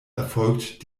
erfolgt